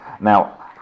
Now